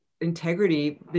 integrity